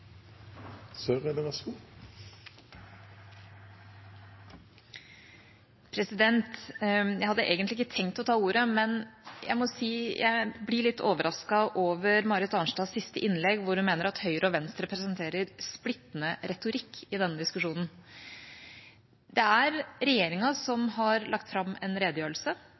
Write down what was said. Jeg hadde egentlig ikke tenkt å ta ordet, men jeg må si jeg blir litt overrasket over Marit Arnstads siste innlegg, hvor hun mener at Høyre og Venstre presenterer splittende retorikk i denne diskusjonen. Det er regjeringa som har lagt fram en redegjørelse,